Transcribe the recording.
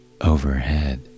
Overhead